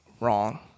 wrong